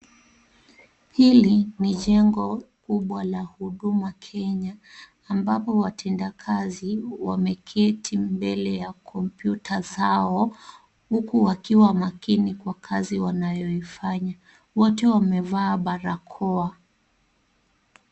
Hili ni jengo kubwa la huduma Kenya ambapo watendakazi wameketi mbele ya komputa zao huku wakiwa makini kwa kazi wanayoyafanya, wote wamevaa barakoa.